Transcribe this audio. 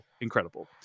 Incredible